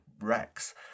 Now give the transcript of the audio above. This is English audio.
rex